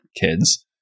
Kids